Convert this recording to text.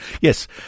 Yes